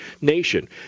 nation